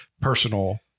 personal